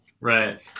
right